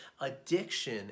addiction